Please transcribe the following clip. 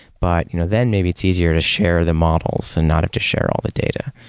but you know then maybe it's easier to share the models and not have to share all the data.